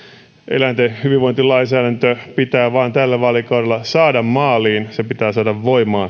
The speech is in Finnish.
eläinten hyvinvointilainsäädäntö pitää tällä vaalikaudella saada maaliin se pitää saada voimaan